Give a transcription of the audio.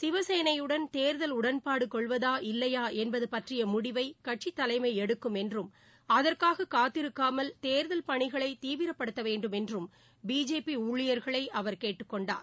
சிவசேனையுடன் தேர்தல் உடன்பாடு கொள்வதா இல்லையா என்பது பற்றிய முடிவை கட்சித் தலைமை எடுக்கும் என்றும் அதற்காக காத்திருக்காமல் தேர்தல் பணிகளை தீவிரப்படுத்த வேண்டும் என்றும் பிஜேபி ஊழியர்களை அவர் கேட்டுக் கொண்டார்